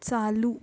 चालू